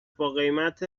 باقیمت